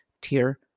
tier